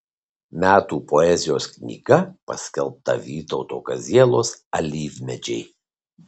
metų poezijos knyga paskelbta vytauto kazielos alyvmedžiai